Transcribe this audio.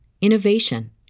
innovation